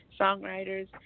songwriters